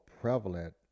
prevalent